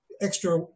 extra